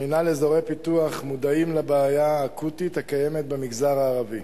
ומינהל אזורי פיתוח מודעים לבעיה האקוטית הקיימת במגזר הערבי,